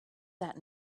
that